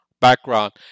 background